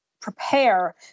Prepare